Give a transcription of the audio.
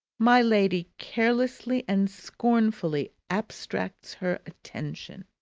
my lady carelessly and scornfully abstracts her attention.